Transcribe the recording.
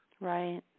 Right